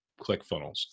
ClickFunnels